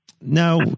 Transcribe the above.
Now